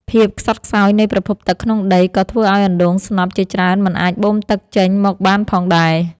ភាពខ្សត់ខ្សោយនៃប្រភពទឹកក្នុងដី ក៏ធ្វើឱ្យអណ្ដូងស្នប់ជាច្រើនមិនអាចបូមទឹកចេញមកបានផងដែរ។